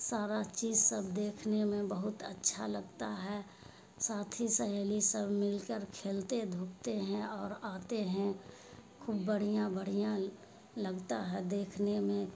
سارا چیز سب دیکھنے میں بہت اچھا لگتا ہے ساتھی سہیلی سب مل کر کھیلتے دھوپتے ہیں اور آتے ہیں خوب بڑھیا بڑھیا لگتا ہے دیکھنے میں